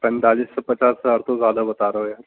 پینتالیس سے پچاس ہزار تو زیادہ بتا رہے ہو یار